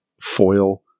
foil